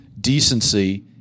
decency